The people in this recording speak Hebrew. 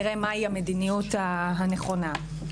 נראה מהי המדיניות הנכונה.